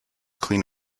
clean